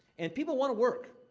and people want to work.